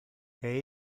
que